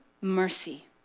mercy